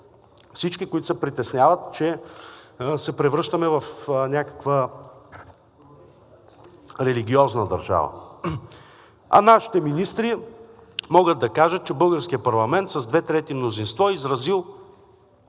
всички, които се притесняват, че се превръщаме в някаква религиозна държава. А нашите министри могат да кажат, че българският парламент с две трети мнозинство е изразил